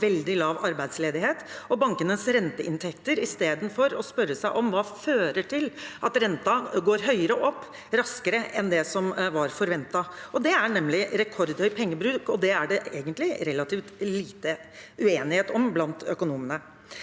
veldig lav arbeidsledighet – og bankenes renteinntekter, istedenfor å stille seg selv spørsmål om hva som fører til at renten går høyere opp, raskere enn det som var forventet. Det er nemlig rekordhøy pengebruk, og det er det egentlig relativt liten uenighet om blant økonomene.